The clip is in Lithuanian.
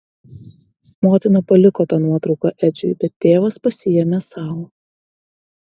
motina paliko tą nuotrauką edžiui bet tėvas pasiėmė sau